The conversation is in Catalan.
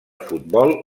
futbol